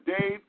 Dave